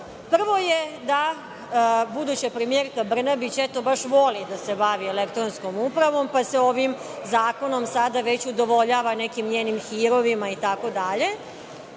Prvo je da buduća premijerka Brnabić eto baš voli da se bavi elektronskom upravom, pa se ovim zakonom sada već udovoljava nekim njenim hirovima itd,